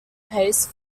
pace